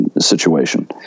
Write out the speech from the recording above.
situation